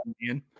man